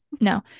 No